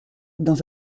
dans